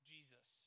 Jesus